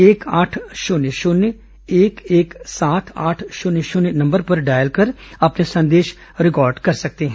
एक आठ शून्य शून्य एक एक सात आठ शून्य शून्य नम्बर पर डॉयल कर अपने संदेश रिकॉर्ड करा सकते हैं